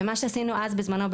ומה שעשינו אז בזמנו,